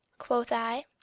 quoth i,